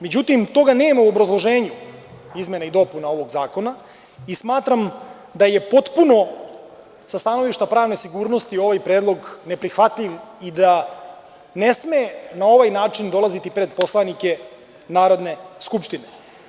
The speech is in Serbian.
Međutim, toga nema u obrazloženju izmena i dopuna ovog zakona i smatram da je potpuno sa stanovišta pravne sigurnosti ovaj predlog neprihvatljiv i da ne sme na ovaj način dolaziti pred poslanike Narodne skupštine.